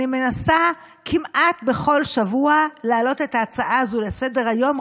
אני מנסה כמעט בכל שבוע להעלות את ההצעה הזאת לסדר-היום,